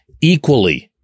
equally